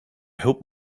hope